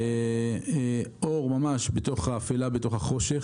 אור בתוך החושך.